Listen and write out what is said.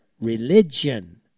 religion